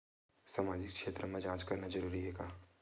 सामाजिक क्षेत्र म जांच करना जरूरी हे का?